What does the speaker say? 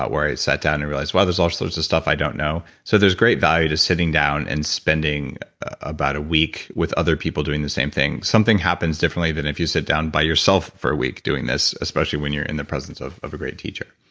but where i sat down and realized, wow, there's all sorts of stuff i don't know. so, there's great value to sitting down and spending about a week with other people doing the same thing. something happens differently than if you sit down by yourself for a week doing this, especially when you're in the presence of of a great teacher